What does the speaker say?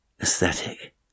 aesthetic